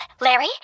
Larry